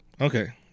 okay